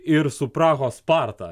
ir su prahos sparta